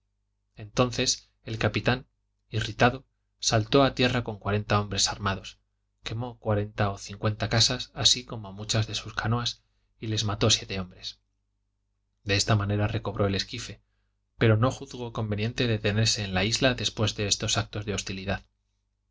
entonces el capitán irritado saltó a tierra con cuarenta hombres armados quemó cuarenta o cincuenta casas así como muchas de sus canoas y les mató siete hombres de esta manera recobró el esquife pero no juzgó conveniente detenerse en la isla después de estos actos de hostilidad